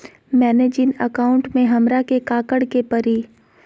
मैंने जिन अकाउंट में हमरा के काकड़ के परी?